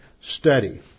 study